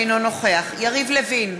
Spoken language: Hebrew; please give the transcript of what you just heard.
אינו נוכח יריב לוין,